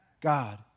God